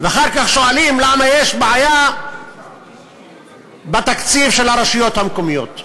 אחר כך שואלים למה יש בעיה בתקציב של הרשויות המקומיות.